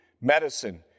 medicine